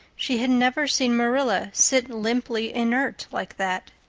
she had never seen marilla sit limply inert like that.